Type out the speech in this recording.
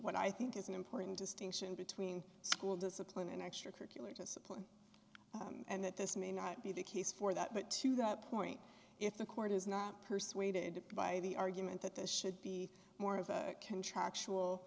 what i think is an important distinction between school discipline and extracurricular discipline and that this may not be the case for that but to that point if the court is not persuaded by the argument that this should be more of a contractual